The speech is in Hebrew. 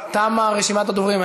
תמה רשימת הדוברים.